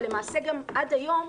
ולמעשה גם עד היום,